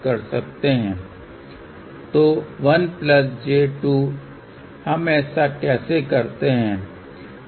तो 1j2 हम ऐसा कैसे करते हैं